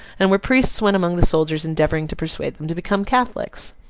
and where priests went among the soldiers endeavouring to persuade them to become catholics.